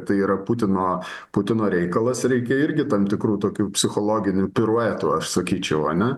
tai yra putino putino reikalas reikia irgi tam tikrų tokių psichologinių piruetų aš sakyčiau ane